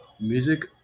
music